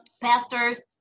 pastors